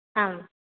आम्